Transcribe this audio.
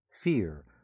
Fear